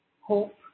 hope